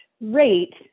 rate